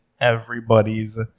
everybody's